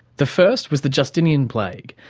the first was the justinian plague,